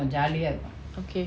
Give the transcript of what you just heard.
okay